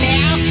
now